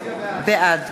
בעד